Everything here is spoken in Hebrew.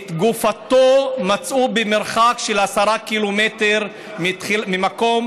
שאת גופתו מצאו במרחק של 10 קילומטרים מהמקום